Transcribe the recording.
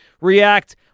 react